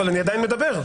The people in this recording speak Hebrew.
אבל אני עדיין מדבר,